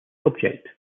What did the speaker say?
object